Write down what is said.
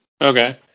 Okay